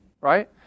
right